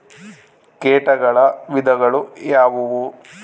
ಕೇಟಗಳ ವಿಧಗಳು ಯಾವುವು?